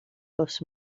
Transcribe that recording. pws